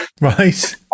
Right